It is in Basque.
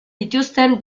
dituzten